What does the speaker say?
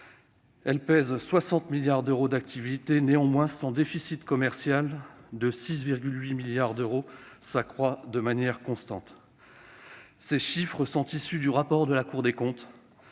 et pèse 60 milliards d'euros d'activités. Néanmoins, son déficit commercial de 6,8 milliards d'euros s'accroît de manière constante. Ces chiffres sont issus du rapport de la Cour des comptes,